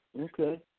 Okay